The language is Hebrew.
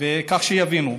כך שיבינו: